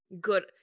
good